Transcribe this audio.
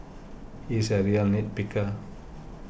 he is a real nit picker